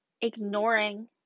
ignoring